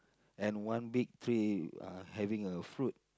and one big tree uh having a fruit